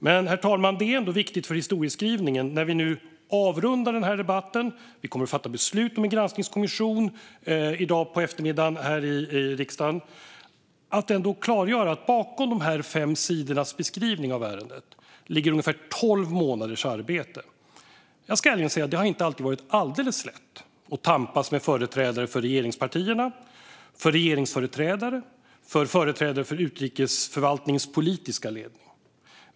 Herr talman! När vi nu avrundar den här debatten och kommer att fatta beslut om en granskningskommission i dag på eftermiddagen är det viktigt för historieskrivningen att ändå klargöra att bakom de fem sidornas beskrivning av ärendet ligger ungefär tolv månaders arbete. Jag ska ärligt säga att det inte alltid har varit alldeles lätt att tampas med företrädare för regeringspartierna, regeringsföreträdare och företrädare för utrikesförvaltningens politiska ledning.